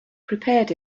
prepared